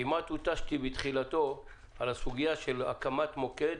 כמעט הותשתי בתחילתו על סוגיית הקמת מוקד